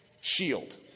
shield